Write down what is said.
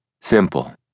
Simple